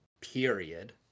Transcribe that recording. period